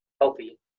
healthy